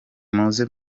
muze